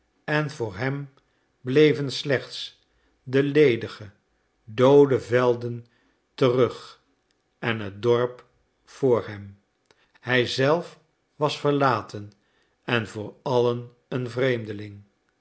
en voor hem bleven slechts de ledige doode velden terug en het dorp voor hem hij zelf was verlaten en voor allen een vreemdeling